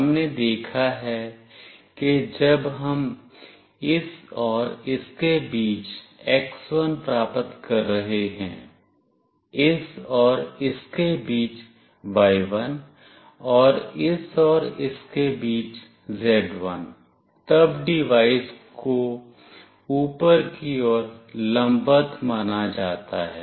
हमने देखा है कि जब हम इस और इसके बीच x1 प्राप्त कर रहे हैं इस और इसके बीच y1 और इस और इसके बीच z1 तब डिवाइस को ऊपर की ओर लंबवत माना जाता है